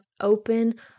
open